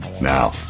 Now